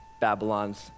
Babylon's